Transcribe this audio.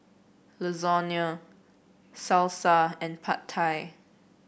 Lasagna Salsa and Pad Thai